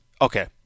okay